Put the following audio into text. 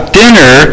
dinner